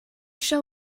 shall